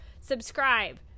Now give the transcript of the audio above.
subscribe